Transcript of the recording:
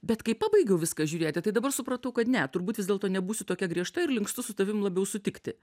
bet kai pabaigiau viską žiūrėti tai dabar supratau kad ne turbūt vis dėlto nebūsiu tokia griežta ir linkstu su tavim labiau sutikti